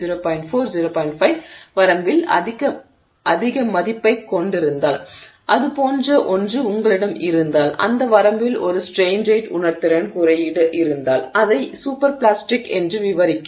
5 வரம்பில் அதிக மதிப்பைக் கொண்டிருந்தால் அதுபோன்ற ஒன்று உங்களிடம் இருந்தால் அந்த வரம்பில் ஒரு ஸ்ட்ரெய்ன் ரேட் உணர்திறன் குறியீடு இருந்தால் அதை சூப்பர் பிளாஸ்டிக் என்று விவரிக்கிறோம்